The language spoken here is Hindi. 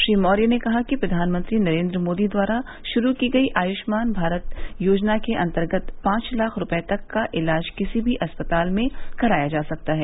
श्री मौर्य ने कहा कि प्रधानमंत्री नरेंद्र मोदी द्वारा शुरू की गयी आयुष्मान भारत योजना के अंतर्गत पांच लाख रूपये तक का इलाज किसी भी अस्पताल में कराया जा सकता है